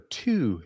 two